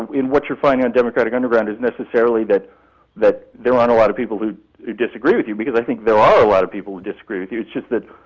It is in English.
in what you're finding on democratic underground is necessarily that that there aren't a lot of people who disagree with you, because i think there are a lot of people who disagree with you, it's just that,